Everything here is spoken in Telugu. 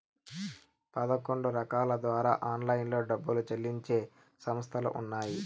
పదకొండు రకాల ద్వారా ఆన్లైన్లో డబ్బులు చెల్లించే సంస్థలు ఉన్నాయి